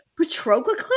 Patroclus